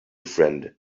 friend